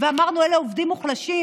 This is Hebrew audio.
ואמרנו: אלה עובדים מוחלשים,